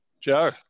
Joe